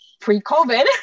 pre-COVID